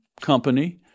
company